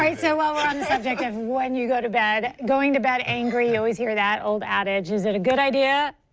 so ah and um like ah when you go to bed, going to bed angry, you always hear that, old adage, is it a good idea?